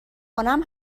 کنم